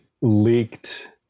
leaked